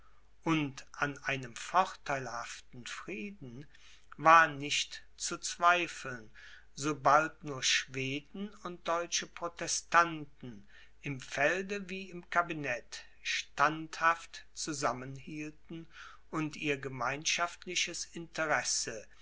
und an einem vorteilhaften frieden war nicht zu zweifeln sobald nur schweden und deutsche protestanten im felde wie im kabinet standhaft zusammen hielten und ihr gemeinschaftliches interesse